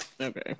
okay